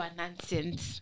nonsense